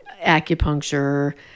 acupuncture